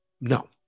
No